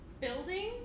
building